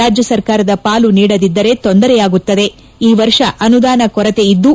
ರಾಜ್ಯ ಸರ್ಕಾರದ ಪಾಲು ನೀಡದಿದ್ದರೆ ತೊಂದರೆಯಾಗುತ್ತದೆ ಈ ವರ್ಷ ಅನುದಾನ ಕೊರತೆ ಇದ್ದು